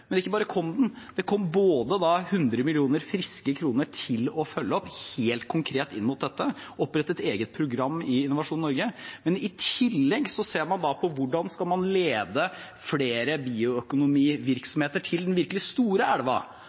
ikke bare kom den, det kom 100 millioner friske kroner til å følge opp helt konkret, og det ble opprettet et eget program i Innovasjon Norge. I tillegg ser man på hvordan man skal lede flere bioøkonomivirksomheter til den virkelig store